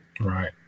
Right